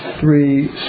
three